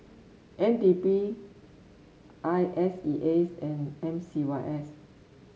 N D P I S E A S and M C Y S